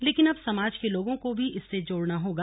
लेकिन अब समाज के लोगों को भी इससे जोड़ना होगा